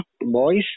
boys